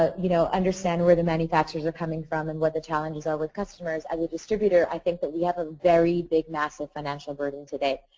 ah you know, understand where the manufacturers are coming from and what the challenges are with customers and our distributor, i think that we have a very big mass of financial burden to that.